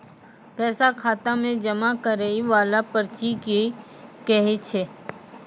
पैसा खाता मे जमा करैय वाला पर्ची के की कहेय छै?